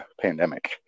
pandemic